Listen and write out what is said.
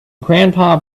grandpa